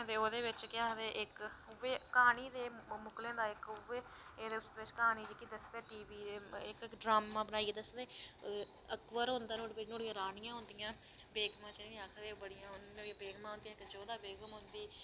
ते ओह्दे बिच्च केह् आखदे इक क्हानी ते इक मुगलें दा उऐ ते उस बिच्च क्हानी जेह्की दसदे टीवी ड्रामा बनााइयै दसदे अकवर होंदा नोहाड़ियां रानियां होंदियां बोगमां जेह्नेंगी आखदे बड़ियां इक जोधा बेगम होंदी